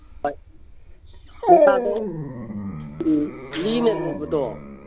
ꯍꯣꯏ ꯃꯣꯔꯥꯗꯣ ꯂꯤꯅ ꯂꯣꯟꯕꯗꯣ